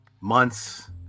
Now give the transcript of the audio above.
months